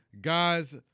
Guys